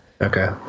Okay